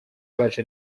baje